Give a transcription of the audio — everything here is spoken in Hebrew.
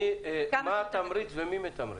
מה התמריץ ומי מתמרץ?